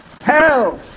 hell